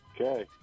Okay